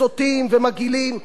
ומלאים בדעות קדומות.